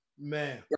Man